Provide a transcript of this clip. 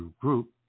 Group